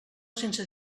sense